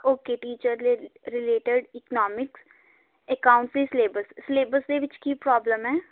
okay teacher related economics accounts ਦੀ syllabus syllabus ਦੇ ਵਿੱਚ ਕੀ ਪ੍ਰੋਬਲਮ ਹੈ